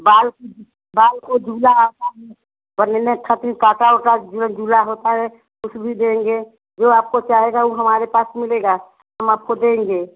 बाल बाल को जूड़ा आता है काटा ओटा जूड़ा होता है उस भी देंगे जो आपको चाहेगा वो हमारे पास मिलेगा हम आपको देंगे